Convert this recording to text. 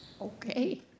Okay